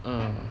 um